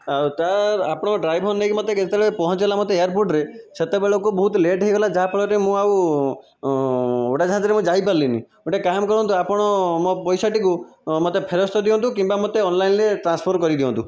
ଆଉ ତାର୍ ଆପଣ ଡ୍ରାଇଭର ନେଇକି ମୋତେ ଯେତେବେଳେ ପହଞ୍ଚାଇଲା ମୋତେ ଏୟାରପୋର୍ଟରେ ସେତବେଳକୁ ବହୁତ ଲେଟ ହୋଇଗଲା ଯାହାଫଳରେ ମୁଁ ଆଉ ଉଡ଼ାଜାହାଜରେ ଯାଇପାରିଲିନି ଗୋଟିଏ କାମ କରନ୍ତୁ ଆପଣ ମୋ ପଇସାଟିକୁ ମୋତେ ଫେରସ୍ତ ଦିଅନ୍ତୁ କିମ୍ବା ମୋତେ ଅନ୍ଲାଇନ୍ରେ ଟ୍ରାନ୍ସଫର କରିଦିଅନ୍ତୁ